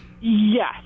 Yes